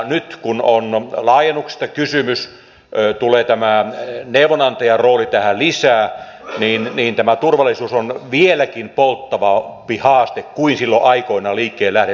nyt kun on laajennuksesta kysymys ja tulee tämä neuvonantajan rooli tähän lisää niin tämä turvallisuus on vieläkin polttavampi haaste kuin silloin aikoinaan liikkeelle lähdettäessä